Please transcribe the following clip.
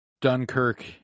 Dunkirk